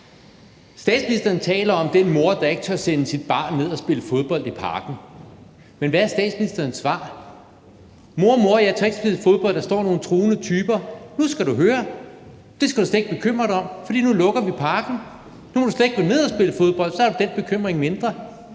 Statsministeren taler om den mor, der ikke tør sende sit barn ned at spille fodbold i parken, men hvad er statsministerens svar til barnet, der siger: Mor, mor, jeg tør ikke spille fodbold, for der er nogle truende typer? Statsministeren svar er: Nu skal du høre, det skal du slet ikke bekymre dig om, for nu lukker vi parken, nu må du slet ikke gå ned og spille fodbold, og så har du den bekymring mindre.